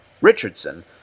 Richardson